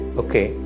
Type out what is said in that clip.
okay